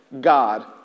God